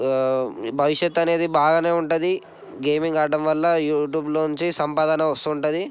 భవిష్యత్తు అనేది బాగా ఉంటుంది గేమింగ్ ఆడడం వల్ల యూట్యూబ్లో నుంచి సంపాదన వస్తుంది